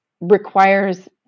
requires